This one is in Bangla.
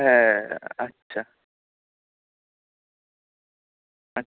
হ্যাঁ আচ্ছা আচ্ছা